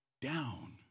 down